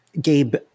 Gabe